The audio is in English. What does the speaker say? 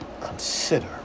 consider